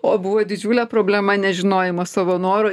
o buvo didžiulė problema nežinojimas savo norų